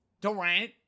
Durant